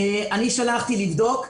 שלחתי לבדוק.